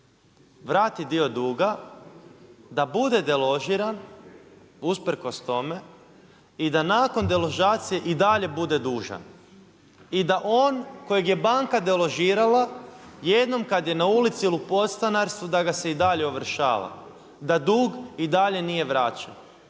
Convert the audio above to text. vrati dio duga, da bude deložiran usprkos tome i da nakon deložacije i dalje bude dužan i da on kojeg je banka deložirala, jednom kada je na ulici ili u postanarstvu da ga se i dalje ovršava, da dug i dalje nije vraćen.